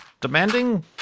Demanding